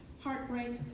heartbreak